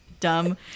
dumb